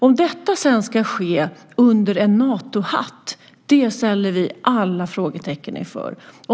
Om detta sedan ska ske under en Natohatt ställer vi oss väldigt frågande inför.